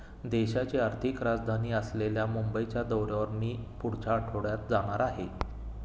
देशाची आर्थिक राजधानी असलेल्या मुंबईच्या दौऱ्यावर मी पुढच्या आठवड्यात जाणार आहे